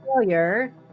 failure